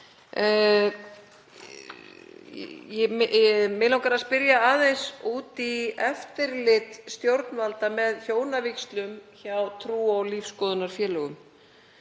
Mig langar að spyrja aðeins út í eftirlit stjórnvalda með hjónavígslum hjá trú- og lífsskoðunarfélögum,